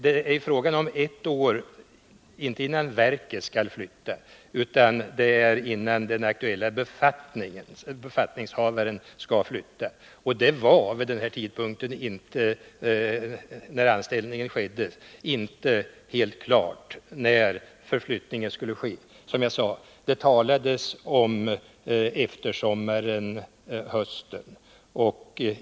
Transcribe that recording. Det är fråga om en gräns på ett år, men den avser inte tiden innan verket skall flytta utan tiden innan befattningshavaren i fråga skall flytta. Och det var vid tidpunkten då anställningarna skedde inte helt klart när förflyttningen skulle äga rum. Det talades om eftersommaren-hösten.